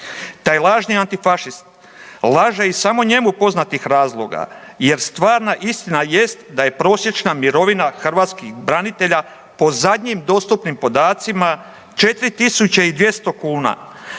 Taj lažni antifašist laže iz samo njemu poznatih razloga jer stvarna istina jest da je prosječna mirovina hrvatskih branitelja po zadnjim dostupnim podacima 4200 kuna,